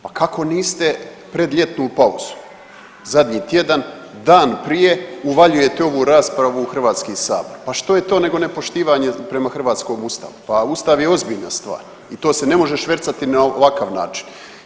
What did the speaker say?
Pa kako niste predljetnu pauzu, zadnji tjedan, dan prije uvaljujete ovu raspravu u HS, pa što je to nego nepoštivanje prema hrvatskom ustavu, pa ustav je ozbiljna stvar i to se ne može švercati na ovakav način.